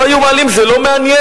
לא היו מעלים, זה לא מעניין.